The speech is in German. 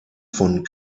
von